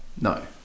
No